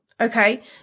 Okay